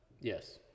Yes